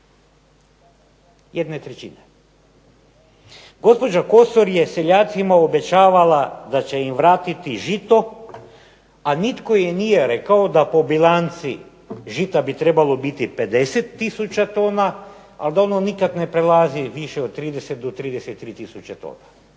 Jedne trećina. Gospođa Kosor je seljacima obećavala da će im vratiti žito, a nitko im nije rekao da po bilanci žita bi trebalo biti 50 tisuća tona, ali da ono nikad ne prelazi više od 30 do 33 tisuće tona.